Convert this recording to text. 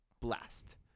blast